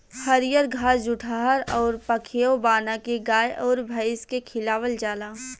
हरिअर घास जुठहर अउर पखेव बाना के गाय अउर भइस के खियावल जाला